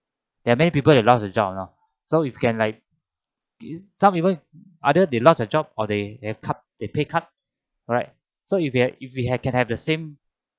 there are many people that lost a job you know so you can like give some even other they lost a job or they pay cut they pay cut alright so you've if we can have the same